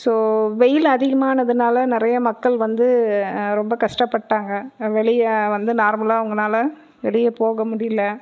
so வெயில் அதிகமானதுனால் நிறைய மக்கள் வந்து ரொம்ப கஷ்டப்பட்டாங்க வெளியே வந்து நார்மலாக அவங்கனால் வெளியே போக முடியல